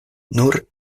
nur